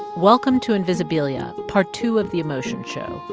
welcome to invisibilia, part two of the emotion show.